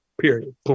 period